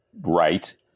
right